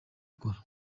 akora